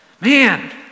Man